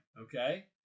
okay